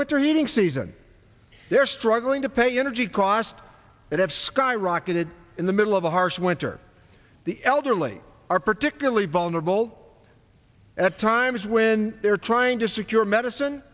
winter heating season they're struggling to pay energy costs that have skyrocketed in the middle of a harsh when for the elderly are particularly vulnerable at times when they're trying to secure medicine